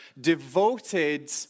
devoted